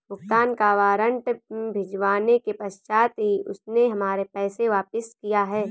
भुगतान का वारंट भिजवाने के पश्चात ही उसने हमारे पैसे वापिस किया हैं